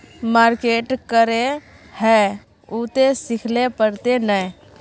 Market करे है उ ते सिखले पड़ते नय?